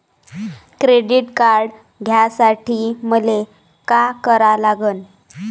Credit card घ्यासाठी मले का करा लागन?